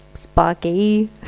Sparky